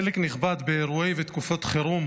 חלק נכבד באירועי ותקופות חירום